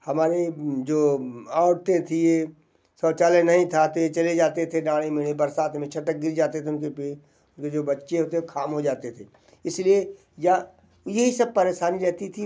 हमारी जो औरतें थीं ये शौचालय नहीं था तो ये चले जाते थे डाड़ी मेढ़े बरसात में छटक गिर जाते थे उनके पर उनके जो बच्चे होते वो ख़ाम हो जाते थे इस लिए या यही सब परेशानी रहती थी